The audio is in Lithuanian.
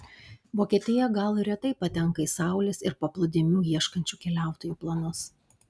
vokietija gal ir retai patenka į saulės ir paplūdimių ieškančių keliautojų planus